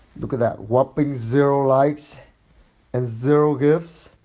look at that. whopping zero likes and zero gifts.